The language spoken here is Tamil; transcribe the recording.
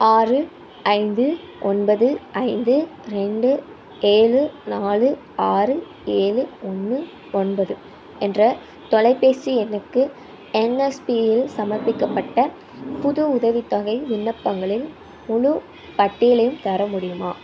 ஆறு ஐந்து ஒன்பது ஐந்து ரெண்டு ஏழு நாலு ஆறு ஏழு ஒன்று ஒன்பது என்ற தொலைபேசி எண்ணுக்கு என்எஸ்பியில் சமர்ப்பிக்கப்பட்ட புது உதவித்தொகை விண்ணப்பங்களின் முழுப் பட்டியலையும் தர முடியுமா